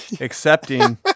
accepting